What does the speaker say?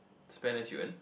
spend as you earn